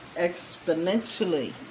exponentially